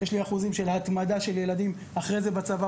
יש לי אחוזים של התמדה של ילדים אחרי זה בצבא,